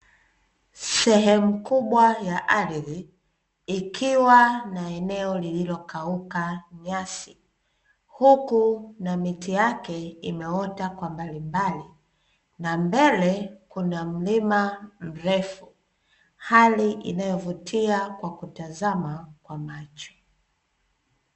Sehemu kubwa ya ardhi ikiwa na eneo lilulokauka nyasi huku na miti yake imeota kwa mbalimbali na mbele kuna mlima mrefu hali inayovutia kwa kutazama kwa macho.